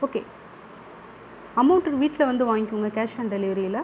okay amount வீட்டில் வந்து வாங்கிக்கோங்க கேஷ் ஆன் டெலிவரியில்